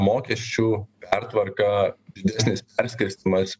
mokesčių pertvarka didesnis perskirstymas